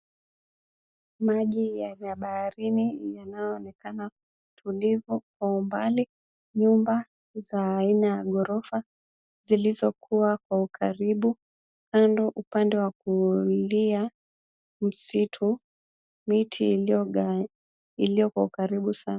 Maji ya baharini yanayoonekana tulivu kwa umbali. Nyumba za aina ya ghorofa zilizokuwa kwa ukaribu. Upande wa kulia msitu, miti iliyo kwa ukaribu sana.